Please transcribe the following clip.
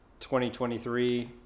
2023